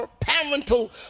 parental